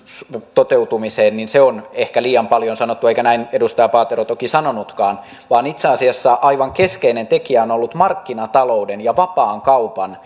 toteutumiseen on ehkä liian paljon sanottu eikä näin edustaja paatero toki sanonutkaan vaan itse asiassa aivan keskeinen tekijä on ollut markkinatalouden ja vapaan kaupan